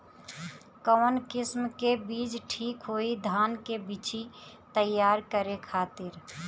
कवन किस्म के बीज ठीक होई धान के बिछी तैयार करे खातिर?